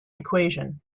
equation